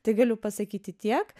tai galiu pasakyti tiek